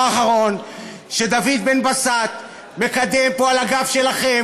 האחרון שדוד בן בסט מקדם פה על הגב שלכם,